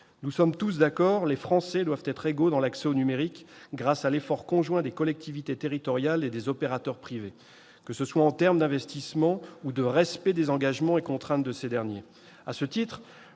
Nous sommes tous d'accord, les Français doivent être égaux dans l'accès au numérique grâce à l'effort conjoint des collectivités territoriales et des opérateurs privés, que ce soit en termes d'investissements ou de respect des engagements et contraintes de ces derniers. À ce titre,